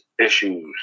issues